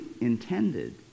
intended